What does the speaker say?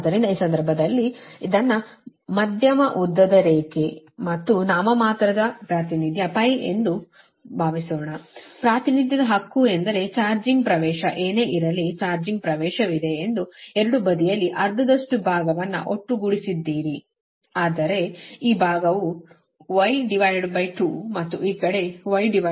ಆದ್ದರಿಂದ ಈ ಸಂದರ್ಭದಲ್ಲಿ ಇದನ್ನು ಮಧ್ಯಮ ಉದ್ದದ ರೇಖೆ ಮತ್ತು ನಾಮಮಾತ್ರದ ಪ್ರಾತಿನಿಧ್ಯ ಎಂದು ಭಾವಿಸೋಣ ಪ್ರಾತಿನಿಧ್ಯ ಹಕ್ಕು ಅಂದರೆ ಚಾರ್ಜಿಂಗ್ ಪ್ರವೇಶ ಏನೇ ಇರಲಿ ಚಾರ್ಜಿಂಗ್ ಪ್ರವೇಶವಿದೆ ಎಂದು ಎರಡೂ ಬದಿಯಲ್ಲಿ ಅರ್ಧದಷ್ಟು ಭಾಗವನ್ನು ಒಟ್ಟುಗೂಡಿಸಿದ್ದೀರಿ ಅಂದರೆ ಈ ಭಾಗY2 ಮತ್ತು ಈ ಕಡೆ Y2